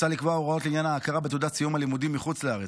מוצע לקבוע הוראות לעניין ההכרה בתעודת סיום הלימודים מחוץ לארץ,